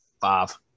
five